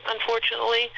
unfortunately